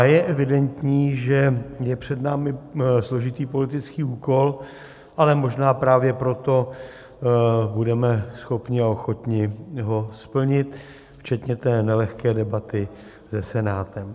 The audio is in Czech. Je evidentní, že je před námi složitý politický úkol, ale možná právě proto budeme schopni a ochotni ho splnit včetně nelehké debaty se Senátem.